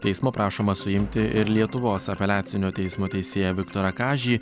teismo prašoma suimti ir lietuvos apeliacinio teismo teisėją viktorą kažį